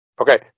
Okay